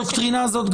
לפי הדוקטרינה הזאת,